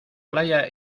playa